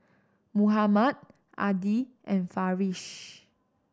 Muhammad Adi and Farish